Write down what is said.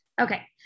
Okay